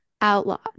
outlawed